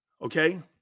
Okay